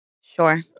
sure